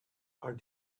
are